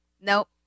Nope